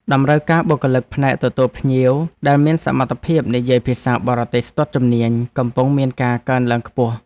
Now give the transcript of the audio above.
តម្រូវការបុគ្គលិកផ្នែកទទួលភ្ញៀវដែលមានសមត្ថភាពនិយាយភាសាបរទេសស្ទាត់ជំនាញកំពុងមានការកើនឡើងខ្ពស់។